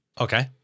okay